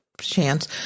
chance